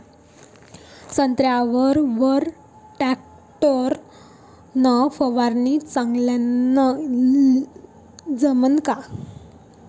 संत्र्यावर वर टॅक्टर न फवारनी चांगली जमन का?